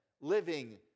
living